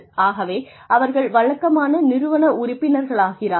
ஆகவே அவர்கள் வழக்கமான நிறுவன உறுப்பினர்களாகிறார்கள்